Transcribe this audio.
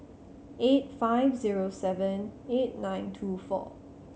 eight five zero seven eight nine two four